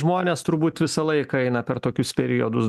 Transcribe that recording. žmonės turbūt visą laiką eina per tokius periodus